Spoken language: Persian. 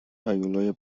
هیولای